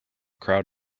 crowd